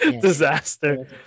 Disaster